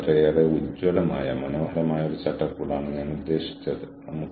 ഏതെങ്കിലും തരത്തിലുള്ള അവസരം ഉണ്ടെന്ന് അവർ അറിഞ്ഞിരിക്കണമെന്ന് വ്യക്തികൾ തീരുമാനിക്കുന്നു